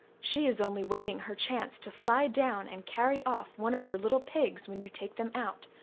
she is only waiting her chance to fly down and carry off one of your little pigs when you take them out,